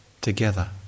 together